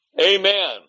Amen